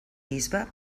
bisbe